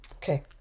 Okay